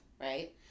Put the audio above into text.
right